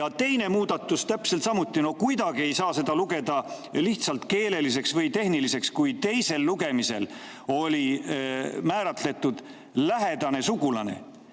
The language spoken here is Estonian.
Ja teine muudatus täpselt samuti. No kuidagi ei saa seda lugeda lihtsalt keeleliseks või tehniliseks muudatuseks, kui teisel lugemisel oli määratletud "lähedane sugulane"